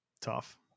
Tough